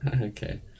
Okay